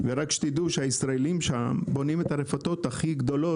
ורק שתדעו שהישראלים שם בונים את הרפתות הכי גדולות